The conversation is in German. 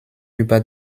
über